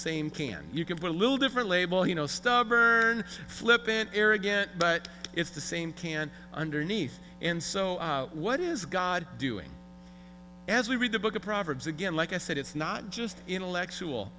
same can you can be a little different label you know stubborn flippin arrogant but it's the same can underneath and so what is god doing as we read the book of proverbs again like i said it's not just intellectual